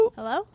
Hello